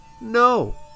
No